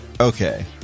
okay